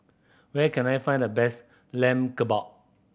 where can I find the best Lamb Kebab